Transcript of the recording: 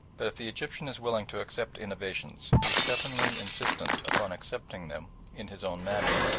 but if the egyptian is willing to accept innovations he is stubbornly insistent upon accepting them in his own manner.